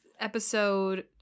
episode